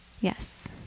Yes